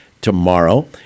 tomorrow